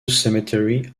cemetery